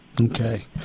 Okay